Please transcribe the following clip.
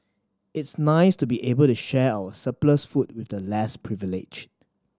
it's nice to be able to share our surplus food with the less privileged